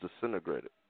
disintegrated